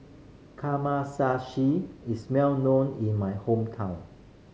kamameshi is well known in my hometown